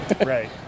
Right